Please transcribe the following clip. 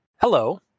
hello